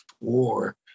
war